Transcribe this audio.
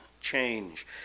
change